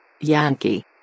Yankee